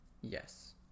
Yes